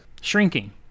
Shrinking